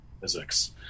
physics